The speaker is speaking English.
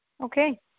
Okay